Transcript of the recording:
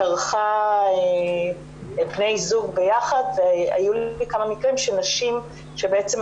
כרכה בני זוג ביחד והיו לי כמה מקרים של נשים שהיו